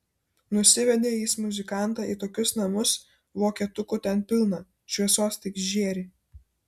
nusivedė jis muzikantą į tokius namus vokietukų ten pilna šviesos tik žėri